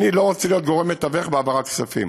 אני לא רוצה להיות גורם מתווך בהעברת כספים.